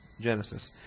Genesis